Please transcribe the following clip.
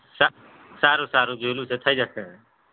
સા સારું સારું જોઇયેલું છે થઈ જશે હવે